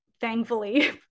thankfully